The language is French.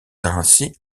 ainsi